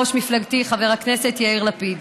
ראש מפלגתי חבר הכנסת יאיר לפיד,